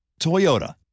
Toyota